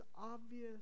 obvious